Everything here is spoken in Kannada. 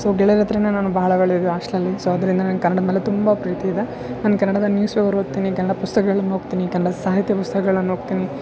ಸೊ ಗೆಳೆಯರ ಹತ್ತಿರನೇ ನಾನು ಭಾಳ ಒಳ್ಳೆಯದು ಹೊಸ್ಟ್ಲ್ ಅಲ್ಲಿ ಸೊ ಅದರಿಂದ ನಂಗೆ ಕನ್ನಡದ ಮೇಲೆ ತುಂಬ ಪ್ರೀತಿ ಇದೆ ನಾನು ಕನ್ನಡದ ನ್ಯೂಸ್ ಪೇಪರ್ ಓದ್ತಿನಿ ಕನ್ನಡ ಪುಸ್ತಕಗಳನ್ನ ಓದ್ತೀನಿ ಕನ್ನಡ ಸಾಹಿತ್ಯ ಪುಸ್ತಕಗಳನ್ನ ಓದ್ತೀನಿ